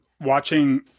watching –